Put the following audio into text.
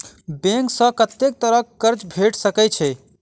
Bank सऽ कत्तेक तरह कऽ कर्जा भेट सकय छई?